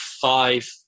five